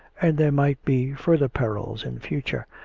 and there might be further perils in future,